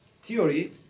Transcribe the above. theory